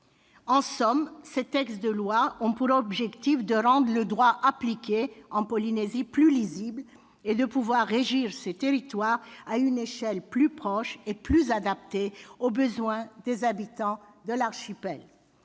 En somme, ces textes de loi ont pour objet de rendre le droit appliqué en Polynésie plus lisible et de permettre une gouvernance de ces territoires plus proche et plus adaptée aux besoins des habitants de l'archipel.